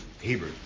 Hebrew